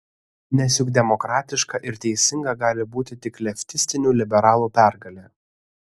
nes juk demokratiška ir teisinga gali būti tik leftistinių liberalų pergalė